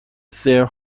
their